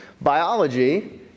biology